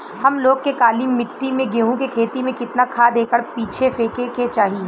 हम लोग के काली मिट्टी में गेहूँ के खेती में कितना खाद एकड़ पीछे फेके के चाही?